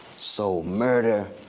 so murder,